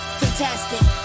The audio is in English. fantastic